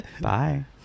bye